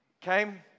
came